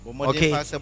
Okay